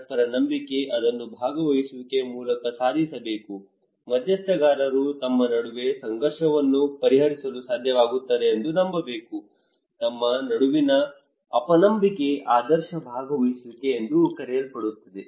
ಪರಸ್ಪರ ನಂಬಿಕೆ ಅದನ್ನು ಭಾಗವಹಿಸುವಿಕೆಯ ಮೂಲಕ ಸಾಧಿಸಬೇಕು ಮಧ್ಯಸ್ಥಗಾರರು ತಮ್ಮ ನಡುವೆ ಸಂಘರ್ಷವನ್ನು ಪರಿಹರಿಸಲು ಸಾಧ್ಯವಾಗುತ್ತದೆ ಎಂದು ನಂಬಬೇಕು ತಮ್ಮ ನಡುವಿನ ಅಪನಂಬಿಕೆ ಆದರ್ಶ ಭಾಗವಹಿಸುವಿಕೆ ಎಂದು ಕರೆಯಲ್ಪಡುತ್ತದೆ